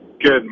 Good